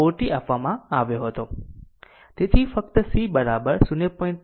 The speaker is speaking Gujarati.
તેથી ફક્ત C 0